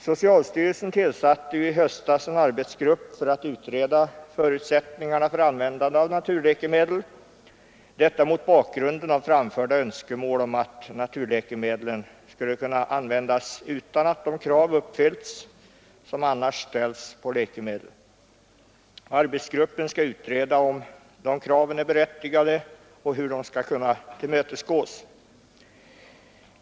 Socialstyrelsen tillsatte ju i höstas en arbetsgrupp för att utreda förutsättningarna för användande av naturläkemedel — detta mot bakgrund av framförda önskemål om att naturläkemedlen skulle kunna användas utan att de krav uppfyllts som annars ställs på läkemedel. Arbetsgruppen skall utreda om dessa önskemål är berättigade och hur de skall kunna tillmötesgås.